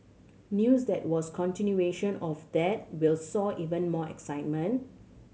news that was continuation of that will sow even more excitement